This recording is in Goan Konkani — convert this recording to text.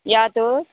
या तर